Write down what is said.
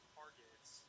targets